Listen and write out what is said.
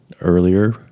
earlier